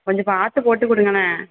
கொஞ்சம் பார்த்து போட்டுக்கொடுங்களேன்